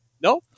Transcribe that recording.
no